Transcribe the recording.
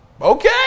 Okay